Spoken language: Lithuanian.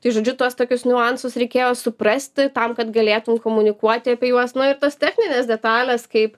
tai žodžiu tuos tokius niuansus reikėjo suprasti tam kad galėtum komunikuoti apie juos nu ir tas techninės detalės kaip